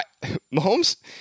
Mahomes